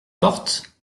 porte